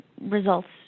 results